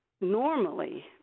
normally